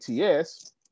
ats